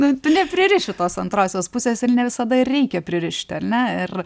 tu nepririši tos antrosios pusės ir ne visada ir reikia pririšti ar ne ir